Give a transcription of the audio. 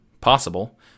possible